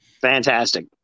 Fantastic